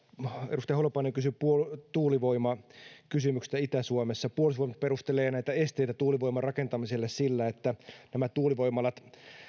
edustaja holopainen kysyi tuulivoimakysymyksestä itä suomessa puolustusvoimat perustelee näitä esteitä tuulivoiman rakentamiselle sillä että nämä tuulivoimalat